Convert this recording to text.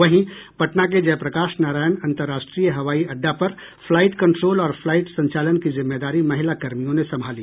वहीं पटना के जयप्रकाश नारायण अंतर्राष्ट्रीय हवाई अड्डा पर फ्लाईट कंट्रोल ओर फ्लाईट संचालन की जिम्मेदारी महिला कर्मियों ने संभाली